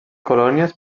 colònies